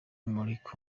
malik